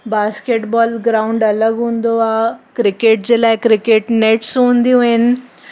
basket ball ground अलॻि हूंदो आहे क्रिकेट जे लाइ क्रिकेट नेट्स हूंदियूं आहिनि